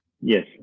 yes